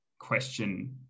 question